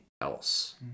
else